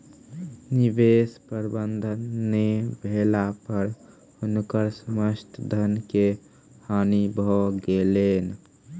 निवेश प्रबंधन नै भेला पर हुनकर समस्त धन के हानि भ गेलैन